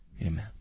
Amen